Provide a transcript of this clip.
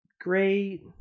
great